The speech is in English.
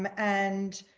um and